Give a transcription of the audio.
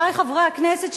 חברי חברי הכנסת,